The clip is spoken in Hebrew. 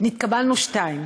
נתקבלנו שתיים,